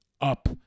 up